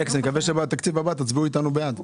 אלכס, אני מקווה שבתקציב הבא תצביעו איתנו בעד.